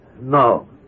No